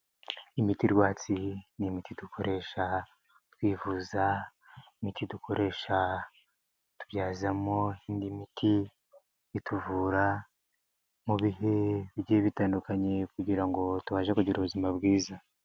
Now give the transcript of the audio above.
Imiti rwatsi, ni imiti dukoresha twivuza, imiti dukoresha tubyazamo indi miti, ituvura mu bihe bye bitandukanye kugira ngo tubashe kugira ubuzima bwiza.